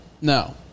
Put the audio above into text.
No